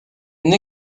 une